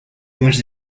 más